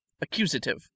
accusative